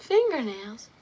Fingernails